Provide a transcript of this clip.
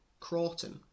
Crawton